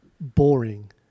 boring